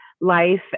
life